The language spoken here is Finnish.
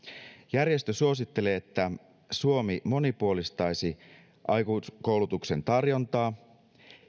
järjestö suosittelee että suomi monipuolistaisi aikuiskoulutuksen tarjontaa